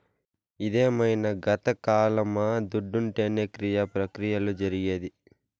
ఇదేమైన గతకాలమా దుడ్డుంటేనే క్రియ ప్రక్రియలు జరిగేది